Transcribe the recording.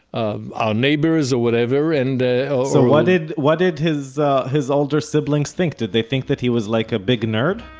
um ah neighbors or whatever and ah so what did what did his his older siblings think? did they think that he was like a big nerd?